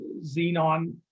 xenon